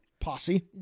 posse